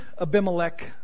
Abimelech